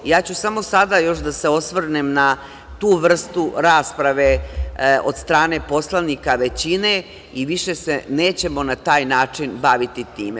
Sada ću da se osvrnem na tu vrstu rasprave od strane poslanika većine i više se nećemo na taj način baviti time.